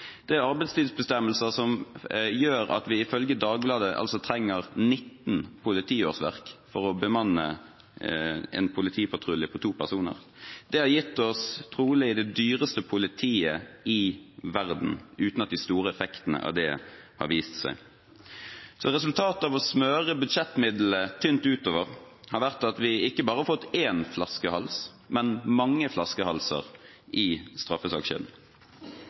Det er arbeidstidsbestemmelser som gjør at vi, ifølge Dagbladet, trenger 19 politiårsverk for å bemanne en politipatrulje på to personer. Det har trolig gitt oss det dyreste politiet i verden uten at de store effektene av det har vist seg. Så resultatet av å smøre budsjettmidlene tynt utover har vært at vi ikke bare har fått én flaskehals, men mange flaskehalser i straffesakskjeden.